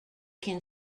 can